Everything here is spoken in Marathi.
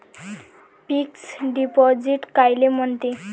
फिक्स डिपॉझिट कायले म्हनते?